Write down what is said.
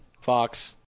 Fox